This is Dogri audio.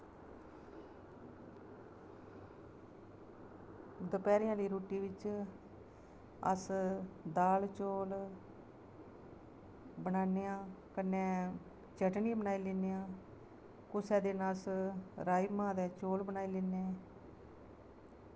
दपैह्रीं आह्ली रुट्टी बिच अस दाल चौल बनाने आं कन्नै चटनी बनाई लैन्ने आं कुसै दिन अस राजमांह् ते चौल बनाई लैन्ने